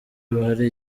hari